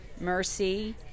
mercy